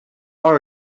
are